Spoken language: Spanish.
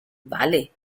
vale